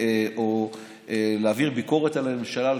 אתם רוצים להיכנס לממשלה,